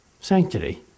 Sanctity